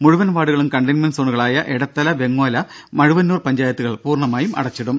മുഴുവൻ വാർഡുകളും കണ്ടെയ്ൻമെന്റ് സോണുകളായ എടത്തല വെങ്ങോല മഴുവന്നൂർ പഞ്ചായത്തുകൾ പൂർണമായും അടച്ചിടും